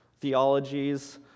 theologies